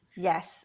Yes